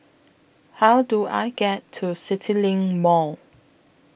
How Do I get to CityLink Mall